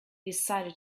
decided